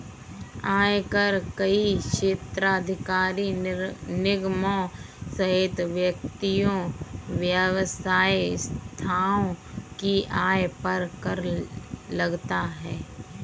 आयकर कई क्षेत्राधिकार निगमों सहित व्यक्तियों, व्यावसायिक संस्थाओं की आय पर कर लगाते हैं